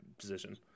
position